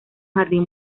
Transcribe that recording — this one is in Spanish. jardín